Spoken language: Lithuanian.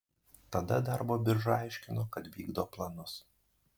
tada darbo birža aiškino kad vykdo planus